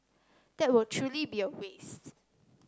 that will truly be a waste